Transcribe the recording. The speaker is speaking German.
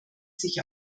sich